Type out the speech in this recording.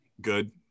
Good